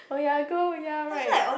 oh ya gold ya right